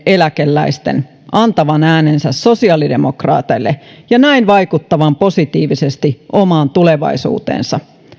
eläkeläisten antavan äänensä sosiaalidemokraateille ja näin vaikuttavan positiivisesti omaan tulevaisuuteensa